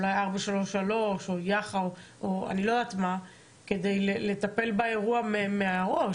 אולי 433 או יח"א או אני לא יודעת מה כדי לטפל באירוע מהראש.